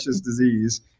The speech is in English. disease